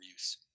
reuse